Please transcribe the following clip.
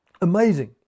Amazing